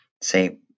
say